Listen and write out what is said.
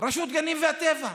רשות הטבע והגנים,